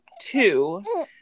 two